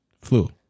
flu